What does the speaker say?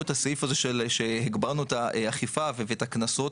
את הסעיף שבו הגברנו את האכיפה ואת הקנסות.